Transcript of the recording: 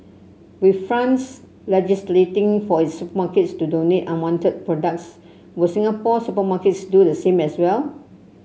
with France legislating for its supermarkets to donate unwanted products will Singapore's supermarkets do the same as well